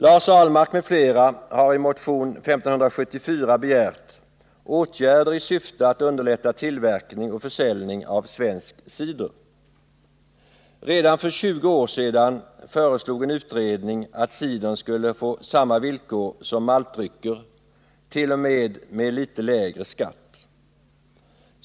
Lars Ahlmark m.fl. har i motionen 1574 begärt åtgärder i syfte att underlätta tillverkning och försäljning av svensk cider. Redan för 20 år sedan föreslog en utredning att cidern skulle få samma villkor som maltdrycker, t.o.m. litet lägre skatt.